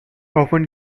often